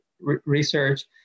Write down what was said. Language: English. research